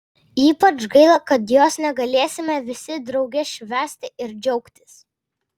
ypač gaila kad jos negalėsime visi drauge švęsti ir džiaugtis